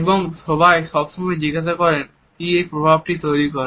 এবং সবাই সব সময় জিজ্ঞেস করেন কি এই প্রভাবটি তৈরি করে